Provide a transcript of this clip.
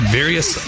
various